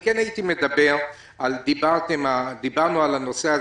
דיברתם על הנושא,